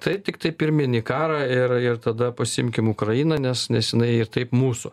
tai tiktai pirmyn į karą ir ir tada pasiimkim ukrainą nes nes jinai ir taip mūsų